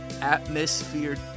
atmosphere